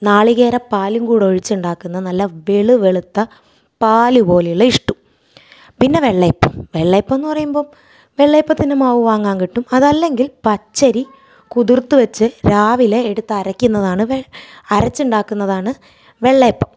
നാളികേരപ്പാൽ കൂടൊഴിച്ച് ഉണ്ടാക്കുന്ന നല്ല വെളു വെളുത്ത പാലുപോലെയുള്ള ഇഷ്ടു പിന്നെ വെള്ളയപ്പം വെള്ളയപ്പംന്ന് പറയുമ്പം വെള്ളയപ്പത്തിൻ്റെ മാവ് വാങ്ങാങ്കിട്ടും അതല്ലെങ്കിൽ പച്ചരി കുതിർത്ത് വെച്ച് രാവിലെ എടുത്ത് അരക്കുന്നതാണ് വെ അരച്ചുണ്ടാക്കുന്നതാണ് വെള്ളയപ്പം